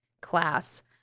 class